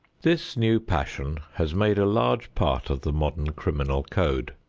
this new passion has made a large part of the modern criminal code.